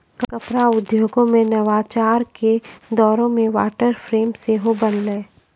कपड़ा उद्योगो मे नवाचार के दौरो मे वाटर फ्रेम सेहो बनलै